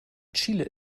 chile